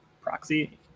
proxy